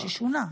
כן.